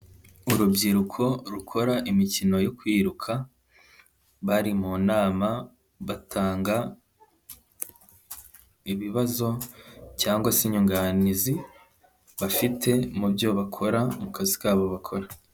Urubyiruko rukora imikino yo kwiruka, bari mu nama batanga ibibazo cyangwa se inyunganizi bafite mu byo bakora mu kazi kabo bakora.